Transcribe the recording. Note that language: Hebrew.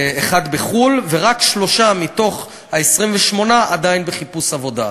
אחד בחו"ל, ורק שלושה מה-28 עדיין בחיפוש עבודה.